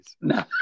No